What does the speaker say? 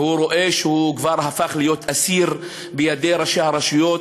והוא רואה שהוא כבר הפך להיות אסיר בידי ראשי הרשויות,